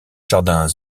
jardin